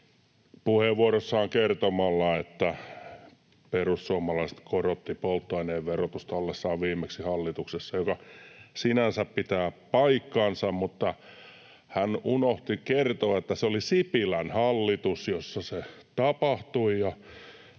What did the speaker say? puheenvuorossaan kertomalla, että perussuomalaiset korottivat polttoaineen verotusta ollessaan viimeksi hallituksessa, mikä sinänsä pitää paikkansa, mutta hän unohti kertoa, että se oli Sipilän hallitus, jossa se tapahtui,